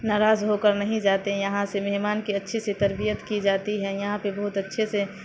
ناراض ہو کر نہیں جاتے ہیں یہاں سے مہمان کے اچھے سے تربیت کی جاتی ہے یہاں پہ بہت اچھے سے